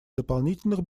дополнительных